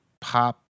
pop